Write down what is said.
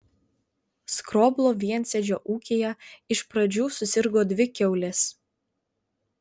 skroblo viensėdžio ūkyje iš pradžių susirgo dvi kiaulės